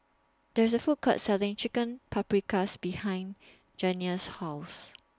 There IS A Food Court Selling Chicken Paprikas behind Janiah's House